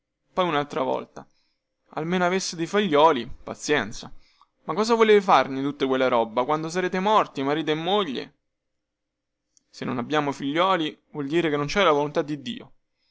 poi unaltra volta almeno aveste dei figliuoli pazienza ma cosa volete farne di tutta quella roba quando sarete morti marito e moglie se non abbiamo figliuoli vuol dire che non cè la volontà di dio